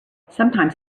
sometimes